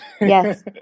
Yes